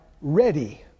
ready